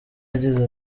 yagize